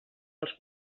dels